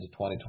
2020